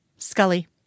Scully